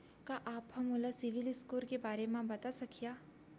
का आप हा मोला सिविल स्कोर के बारे मा बता सकिहा?